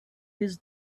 his